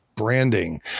branding